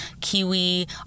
kiwi